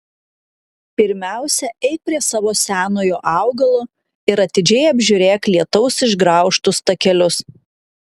pirmiausia eik prie savo senojo augalo ir atidžiai apžiūrėk lietaus išgraužtus takelius